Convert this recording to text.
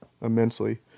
immensely